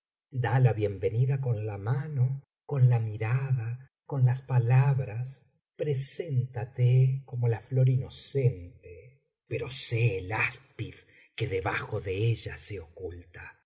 da la bienvenida con la mano con la mirada con las palabras preséntate como la fior inocente pero sé el áspid que debajo de ella se oculta